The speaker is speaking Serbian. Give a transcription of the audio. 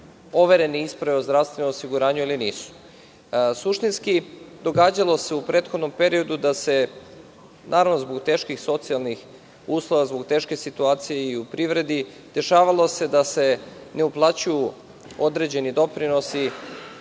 overene isprave o zdravstvenom osiguranju ili nisu. Suštinski događalo se u prethodnom periodu da se, naravno zbog teških socijalnih uslova, zbog teške situacije i u privredi, dešavalo se da se ne uplaćuju određeni doprinosi